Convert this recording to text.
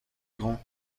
grand